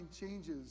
changes